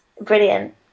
brilliant